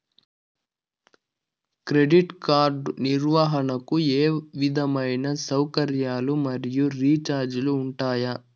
Credit card నిర్వహణకు ఏ విధమైన సౌకర్యాలు మరియు చార్జీలు ఉంటాయా?